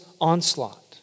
onslaught